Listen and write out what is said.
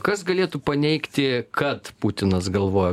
kas galėtų paneigti kad putinas galvoj